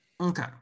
Okay